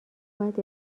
باید